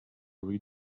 read